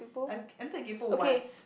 I entered once